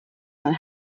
not